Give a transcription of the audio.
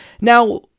Now